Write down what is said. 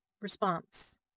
Response